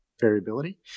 variability